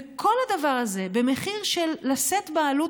וכל הדבר הזה במחיר של לשאת בעלות